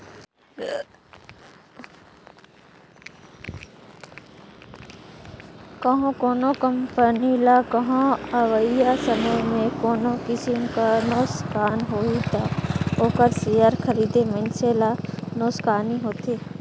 कहों कोनो कंपनी ल कहों अवइया समे में कोनो किसिम कर नोसकान होही ता ओकर सेयर खरीदे मइनसे ल नोसकानी होथे